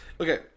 Okay